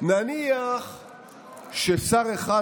נניח ששר אחד,